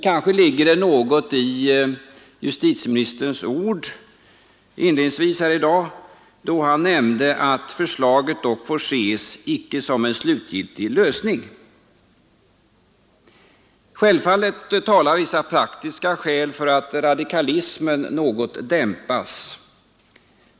Kanske ligger något av detta i justitieministerns ord inledningsvis här i dag, då han nämnde att förslaget dock icke får ses som en ” slutgiltig lösning”. Självfallet talar vissa praktiska skäl för att radikalismen något dämpas.